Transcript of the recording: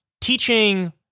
teaching